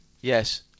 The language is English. Yes